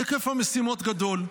כי היקף המשימות גדול,